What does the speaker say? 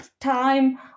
time